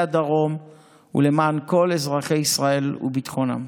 הדרום ולמען כל אזרחי ישראל וביטחונם.